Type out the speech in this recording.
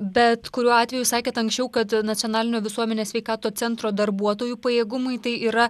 bet kuriuo atveju sakėt anksčiau kad nacionalinio visuomenės sveikato centro darbuotojų pajėgumai tai yra